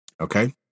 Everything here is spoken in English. okay